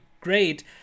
great